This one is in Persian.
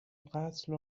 قتل